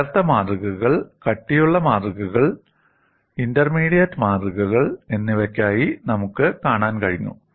നേർത്ത മാതൃകകൾ കട്ടിയുള്ള മാതൃകകൾ ഇന്റർമീഡിയറ്റ് മാതൃകകൾ എന്നിവയ്ക്കായി നമുക്ക് കാണാൻ കഴിഞ്ഞു